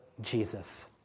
Jesus